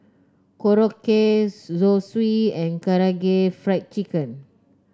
Korokke Zosui and Karaage Fried Chicken